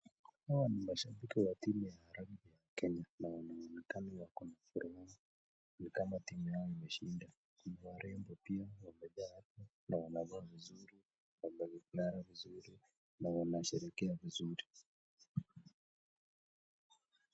Hawa ni mashabiki wa timu ya rugby ya Kenya, na wanaonekana wako na furaha ni kama timu yao imeshinda. Ni warembo pia, wamejaa hapa na wamevaa vizuri, wamengara vizuri, na wanasherehekea vizuri.